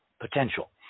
potential